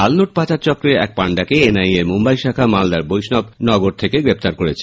জাল নোট পাচার চক্রের এক পান্ডাকে এন আই এ র মুম্বাই শাখা মালদার বৈষ্ণবনগর থেকে গ্রেফতার করেছে